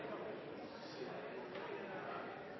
kan,